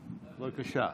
בבקשה.